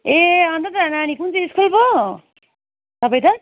ए अन्त त नानी कुन चाहिँ स्कुल पो तपाईँ त